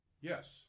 Yes